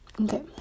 Okay